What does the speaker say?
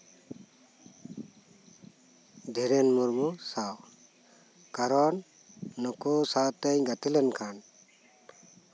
ᱫᱷᱤᱨᱮᱱ ᱢᱩᱨᱢᱩ ᱥᱟᱶ ᱠᱟᱨᱚᱱ ᱱᱩᱠᱩ ᱥᱟᱶᱛᱤᱧ ᱜᱟᱛᱮ ᱞᱮᱱᱠᱷᱟᱱ